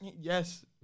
yes